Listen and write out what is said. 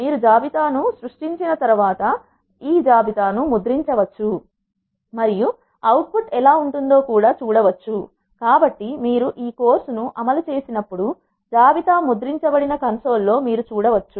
మీరు జాబితా ను సృష్టించిన తర్వాత మీరు జాబితా ను ముద్రించవచ్చు మరియు అవుట్పుట్ ఎలా ఉంటుందో చూడవచ్చు కాబట్టి మీరు ఈ కోర్సు ను అమలు చేసినప్పుడు జాబితా ముద్రించబడిన కన్సోల్ లో మీరు చూడవచ్చు